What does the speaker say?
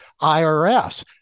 IRS